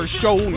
show